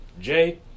Jay